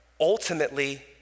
ultimately